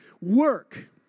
work